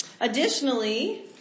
Additionally